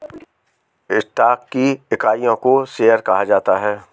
stock की इकाइयों को शेयर कहा जाता है